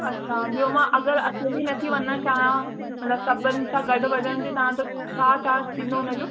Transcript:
अच्छा ॿियो मां अगरि अकेली नथी वञण चाहा अगरि सभिनि सां गॾु वञण त तव्हांजो छा चार्ज थींदो हुनजो